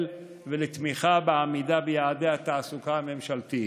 ולתמיכה בעמידה ביעדי התעסוקה הממשלתיים.